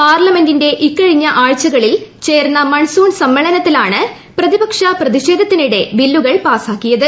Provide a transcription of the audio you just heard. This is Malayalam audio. പാർലമെന്റിന്റെ ഇക്കഴിഞ്ഞ ആഴ്ചകളിൽ ചേർന്ന മൺസൂൺ സമ്മേളനത്തിലാണ് പ്രതിപക്ഷ പ്രതിഷേധത്തിനിടെ ബില്ലുകൾ പാസാക്കിയത്